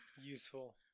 useful